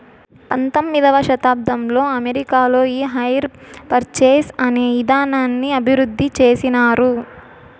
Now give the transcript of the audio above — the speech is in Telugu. పంతొమ్మిదవ శతాబ్దంలో అమెరికాలో ఈ హైర్ పర్చేస్ అనే ఇదానాన్ని అభివృద్ధి చేసినారు